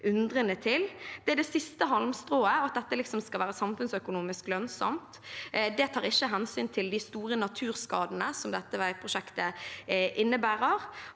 det siste halmstrået, at dette liksom skal være samfunnsøkonomisk lønnsomt. Det tar ikke hensyn til de store naturskadene som dette veiprosjektet innebærer,